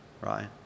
right